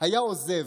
היה עוזב,